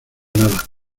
nada